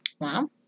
Wow